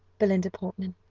belinda portman.